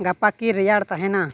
ᱜᱟᱯᱟᱠᱤ ᱨᱮᱭᱟᱲ ᱛᱟᱦᱮᱱᱟ